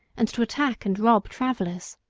and to attack and rob travellers.